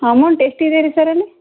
amount ಎಷ್ಟಿದೆ ರೀ sir ಅಲ್ಲಿ